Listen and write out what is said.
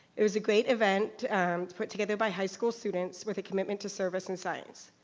it was a great event put together by high school students with a commitment to service in science.